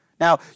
Now